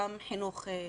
גם חינוך לערכים,